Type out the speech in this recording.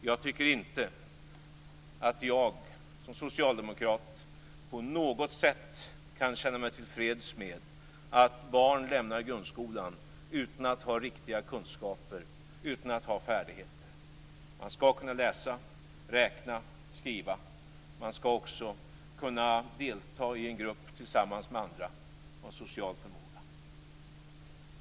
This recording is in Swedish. Jag tycker inte att jag som socialdemokrat på något sätt kan känna mig till freds med att barn lämnar grundskolan utan att ha riktiga kunskaper och färdigheter. Man skall kunna läsa, räkna och skriva. Man skall också kunna delta i en grupp tillsammans med andra och ha en social förmåga.